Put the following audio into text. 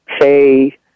say